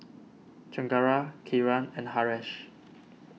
Chengara Kiran and Haresh